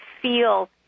feel